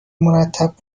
مرتب